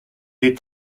est